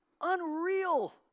unreal